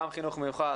גם חינוך מיוחד,